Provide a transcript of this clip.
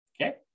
Okay